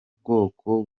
bwoko